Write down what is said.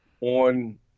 On